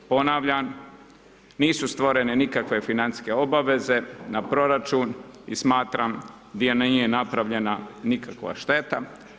Ponavljam, nisu stvorene nikakve financijske obaveze na proračun i smatram da nije napravljena nikakva šteta.